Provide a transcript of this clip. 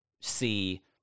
see